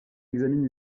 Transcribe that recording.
examine